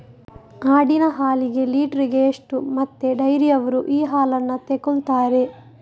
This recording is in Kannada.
ಆಡಿನ ಹಾಲಿಗೆ ಲೀಟ್ರಿಗೆ ಎಷ್ಟು ಮತ್ತೆ ಡೈರಿಯವ್ರರು ಈ ಹಾಲನ್ನ ತೆಕೊಳ್ತಾರೆ?